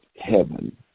heaven